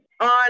on